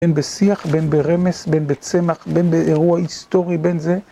בין בשיח, בין ברמז, בין בצמח, בין באירוע היסטורי, בין זה.